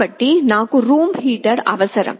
కాబట్టి నాకు room heater అవసరం